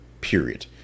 Period